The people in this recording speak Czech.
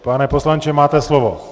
Pane poslanče, máte slovo.